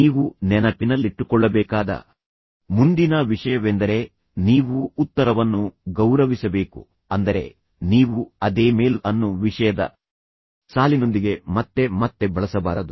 ನೀವು ನೆನಪಿನಲ್ಲಿಟ್ಟುಕೊಳ್ಳಬೇಕಾದ ಮುಂದಿನ ವಿಷಯವೆಂದರೆ ನೀವು ಉತ್ತರವನ್ನು ಗೌರವಿಸಬೇಕು ಅಂದರೆ ನೀವು ಅದೇ ಮೇಲ್ ಅನ್ನು ವಿಷಯದ ಸಾಲಿನೊಂದಿಗೆ ಮತ್ತೆ ಮತ್ತೆ ಬಳಸಬಾರದು